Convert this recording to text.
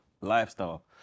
lifestyle